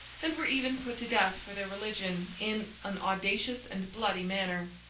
and were even put to death for their religion, in an audacious and bloody manner.